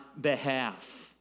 behalf